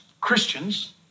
Christians